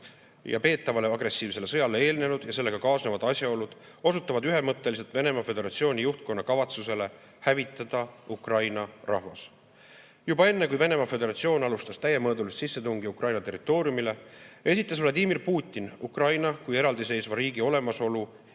ja peetavale agressiivsele sõjale eelnenud ja sellega kaasnevad asjaolud osutavad ühemõtteliselt Venemaa Föderatsiooni juhtkonna kavatsusele hävitada Ukraina rahvas. Juba enne, kui Venemaa Föderatsioon alustas täiemõõdulist sissetungi Ukraina territooriumile, eitas Vladimir Putin Ukraina kui eraldiseisva riigi olemasolu